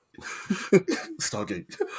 Stargate